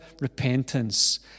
repentance